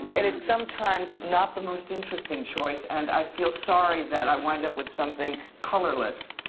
and it's sometimes not the most interesting choice. and i feel sorry that i wind up with something colorless,